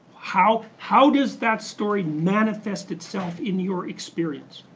how how does that story manifest itself in your experience?